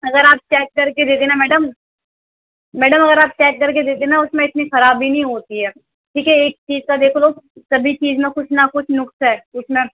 اگر آپ چیک کر کے دیتے نہ میڈیم میڈیم اگر آپ چیک کر کے دیتے نا اُس میں اتنی خرابی نہیں ہوتی ہے ٹھیک ہے ایک چیز کا دیکھ لو کبھی چیز میں کچھ نہ کچھ نقص ہے اِس میں